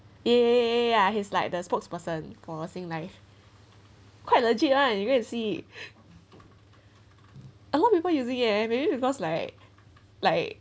eh eh eh ya he's like the spokesperson for sun life quite legit [one] you go and see a lot of people using eh maybe because like like